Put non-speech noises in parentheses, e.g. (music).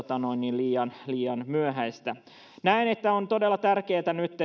liian liian myöhäistä näen että on todella tärkeätä nyt (unintelligible)